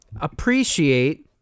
appreciate